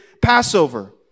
Passover